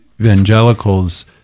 evangelicals